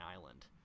Island